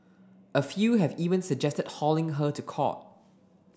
a few have even suggested hauling her to court